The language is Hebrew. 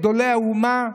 גדולי האומה.